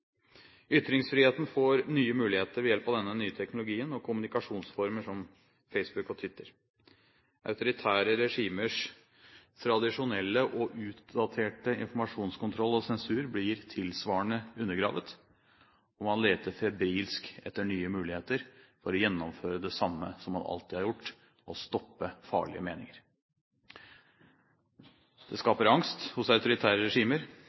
Ytringsfriheten får nye muligheter ved hjelp av denne nye teknologien og kommunikasjonsformer som Facebook og Twitter. Autoritære regimers tradisjonelle og utdaterte informasjonskontroll og sensur blir tilsvarende undergravet, og man leter febrilsk etter nye muligheter for å gjennomføre det samme som man alltid har gjort: å stoppe farlige meninger. Dette skaper angst hos autoritære regimer.